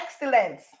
excellence